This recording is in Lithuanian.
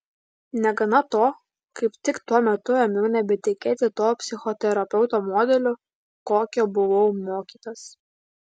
negana to kaip tik tuo metu ėmiau nebetikėti tuo psichoterapeuto modeliu kokio buvau mokytas